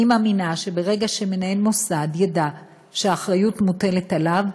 אני מאמינה שברגע שמנהל מוסד ידע שהאחריות מוטלת עליו,